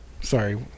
sorry